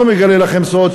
לא מגלה לכם סוד,